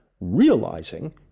realizing